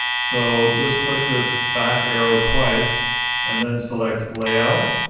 so just click this back arrow twice and then select layout,